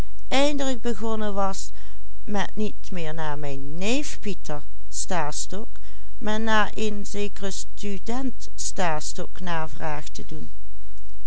neef pieter stastok maar naar een zekeren student stastok navraag te doen